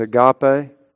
agape